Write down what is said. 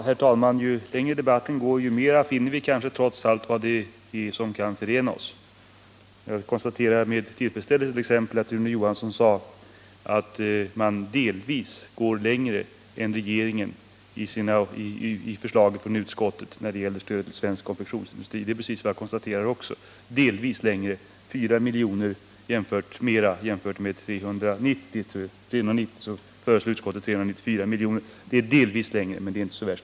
Herr talman! Ju längre debatten fortskrider, desto mera finner vi kanske vad det är som trots allt kan förena oss. Jag konstaterar t.ex. med tillfredsställelse att Rune Johansson i Ljungby sade att utskottet delvis går längre än regeringen när det gäller stödet till svensk konfektionsindustri. Jag gör samma konstaterande. Regeringen föreslår 390,5 milj.kr. och utskottet 4 milj.kr. mer.